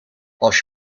als